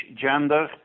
gender